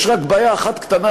יש רק בעיה אחת קטנה,